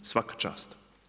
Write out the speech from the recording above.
Svaka čast.